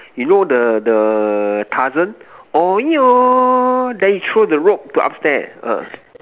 you know the the Tarzan then he throw the rope to upstairs